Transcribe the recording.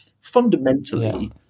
fundamentally